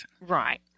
Right